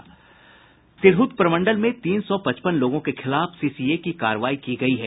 तिरहत प्रमंडल में तीन सौ पचपन लोगों के खिलाफ सीसीए की कार्रवाई की गयी है